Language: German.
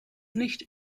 nicht